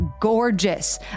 gorgeous